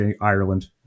Ireland